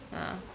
ya